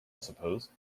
suppose